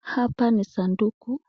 Hapa ni sanduku